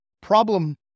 Problem